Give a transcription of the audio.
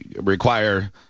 require